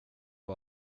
jag